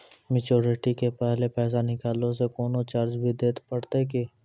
Maturity के पहले पैसा निकालै से कोनो चार्ज भी देत परतै की?